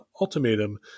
ultimatum